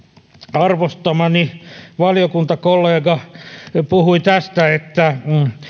arvostamani valiokuntakollega puhui tästä että